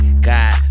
god